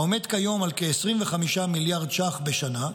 העומד כיום על כ-25 מיליארד ש"ח בשנה,